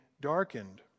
darkened